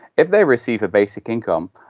if they receive a basic income,